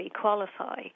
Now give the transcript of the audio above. qualify